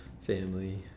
family